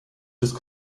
des